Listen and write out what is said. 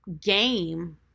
game